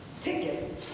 ticket